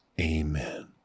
Amen